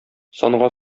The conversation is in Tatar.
санга